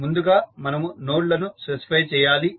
ముందుగా మనము నోడ్ లను స్పెసిఫై చేయాలి